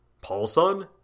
Paulson